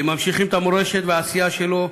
הם ממשיכים את המורשת והעשייה שלו,